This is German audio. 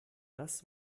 das